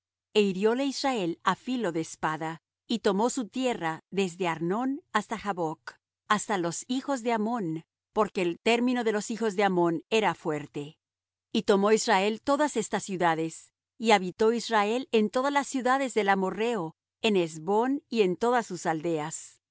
e hirióle israel á filo de espada y tomó su tierra desde arnón hasta jaboc hasta los hijos de ammón porque el término de los hijos de ammón era fuerte y tomó israel todas estas ciudades y habitó israel en todas las ciudades del amorrheo en hesbón y en todas sus aldeas